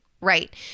Right